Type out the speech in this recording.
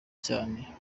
cyane